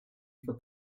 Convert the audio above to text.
for